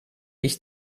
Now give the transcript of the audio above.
ich